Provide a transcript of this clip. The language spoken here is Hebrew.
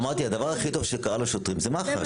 הדבר הכי טוב שקרה לשוטרים זה מח"ש.